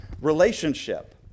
relationship